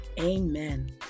amen